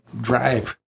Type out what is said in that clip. drive